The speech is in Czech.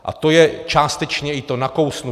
A to je částečně i to nakousnutí